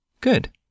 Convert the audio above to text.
Good